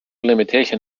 limitation